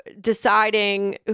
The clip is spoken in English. deciding